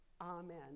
Amen